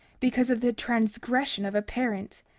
because of the transgression of a parent.